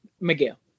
Miguel